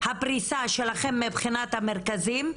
הפריסה שלכם מבחינת המרכזים,